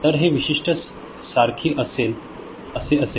तर हे विशिष्ट सारखी असे असेल